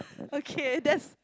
okay that's